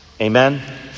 Amen